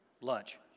lunch